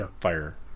fire